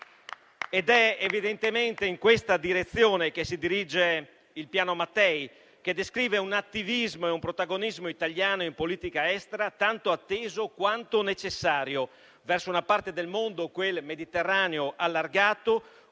È evidentemente in questa direzione che si dirige il Piano Mattei che descrive un attivismo e un protagonismo italiano in politica estera, tanto atteso quanto necessario, verso una parte del mondo, il Mediterraneo allargato,